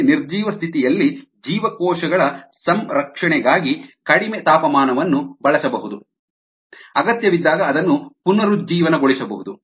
ನಿರ್ಜೀವ ಸ್ಥಿತಿಯಲ್ಲಿ ಜೀವಕೋಶಗಳ ಸಂರಕ್ಷಣೆಗಾಗಿ ಕಡಿಮೆ ತಾಪಮಾನವನ್ನು ಬಳಸಬಹುದು ಅಗತ್ಯವಿದ್ದಾಗ ಅದನ್ನು ಪುನರುಜ್ಜೀವನಗೊಳಿಸಬಹುದು